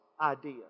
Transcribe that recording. idea